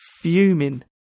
Fuming